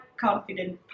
confident